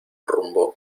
rumbo